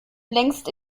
längst